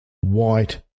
White